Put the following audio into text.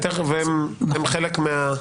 נמצא.